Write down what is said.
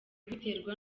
biterwa